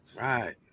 Right